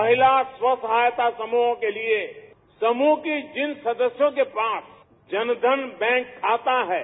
महिला स्व सहाय्यता के लिए समूह की जिन सदस्यों के पास जनधन बँक खाता है